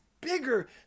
bigger